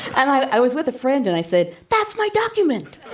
and i was with a friend and i said, that's my document.